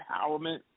empowerment